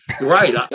Right